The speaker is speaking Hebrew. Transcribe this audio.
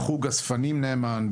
חוג אספנים נאמן,